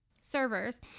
servers